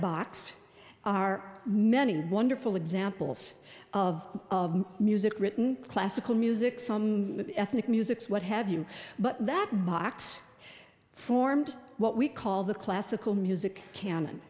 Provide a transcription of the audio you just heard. box are many wonderful examples of music written classical music some ethnic musics what have you but that box formed what we call the classical music canon